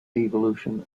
evolution